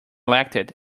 elected